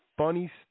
funny